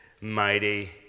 mighty